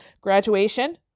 graduation